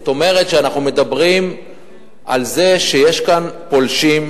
זאת אומרת שאנחנו מדברים על זה שיש כאן פולשים,